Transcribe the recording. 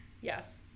yes